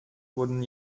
wurden